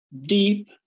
deep